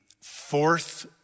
fourth